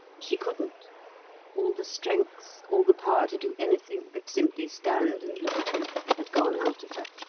she couldn't all the strength, all the power to do anything but simply stand and look at him had gone out of her.